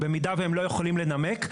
במידה והם לא יכולים לנמק,